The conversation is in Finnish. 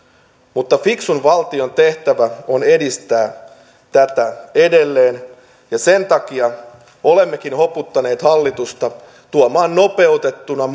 mutta fiksun valtion tehtävä on edistää tätä edelleen ja sen takia olemmekin hoputtaneet hallitusta tuomaan nopeutettuna